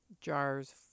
jars